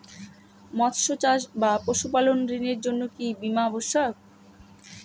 মৎস্য চাষ বা পশুপালন ঋণের জন্য কি বীমা অবশ্যক?